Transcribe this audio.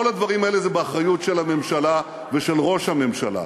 כל הדברים האלה הם באחריות של הממשלה ושל ראש הממשלה.